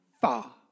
far